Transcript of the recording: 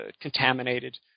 contaminated